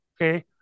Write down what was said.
Okay